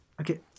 Okay